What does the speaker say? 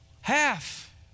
Half